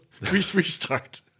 Restart